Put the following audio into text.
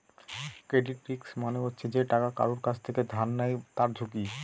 credit risk মানে হচ্ছে যে টাকা কারুর কাছ থেকে ধার নেয় তার ঝুঁকি